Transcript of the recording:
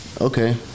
okay